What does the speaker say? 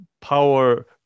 power